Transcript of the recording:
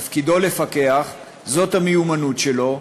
תפקידו לפקח, זאת המיומנות שלו,